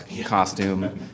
costume